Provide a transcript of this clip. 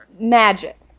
magic